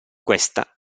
questa